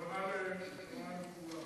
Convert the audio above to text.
הכוונה לכולם.